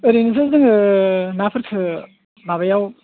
ओरैनोथ' जोङो नाफोरखौ माबायाव